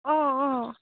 অঁ অঁ